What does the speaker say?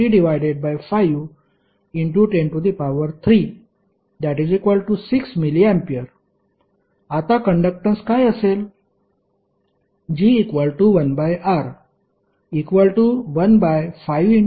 ivR3051036 mA आता conductance काय असेल